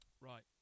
Right